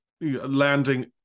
landing